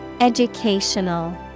Educational